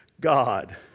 God